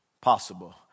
possible